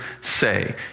say